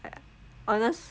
ya honest